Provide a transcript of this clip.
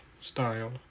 style